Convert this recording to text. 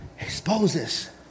exposes